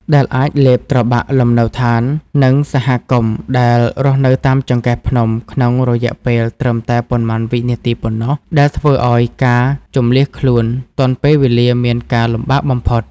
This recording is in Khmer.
ដែលអាចលេបត្របាក់លំនៅដ្ឋាន និងសហគមន៍ដែលរស់នៅតាមចង្កេះភ្នំក្នុងរយៈពេលត្រឹមតែប៉ុន្មានវិនាទីប៉ុណ្ណោះ ដែលធ្វើឱ្យការជម្លៀសខ្លួនទាន់ពេលវេលាមានការលំបាកបំផុត។